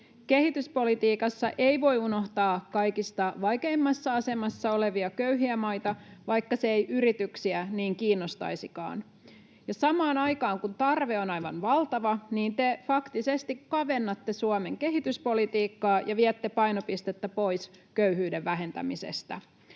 Kehityspolitiikassa ei voi unohtaa kaikista vaikeimmassa asemassa olevia köyhiä maita, vaikka se ei yrityksiä niin kiinnostaisikaan. Samaan aikaan kun tarve on aivan valtava, te faktisesti kavennatte Suomen kehityspolitiikkaa ja viette painopistettä pois köyhyyden vähentämisestä.